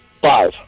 Five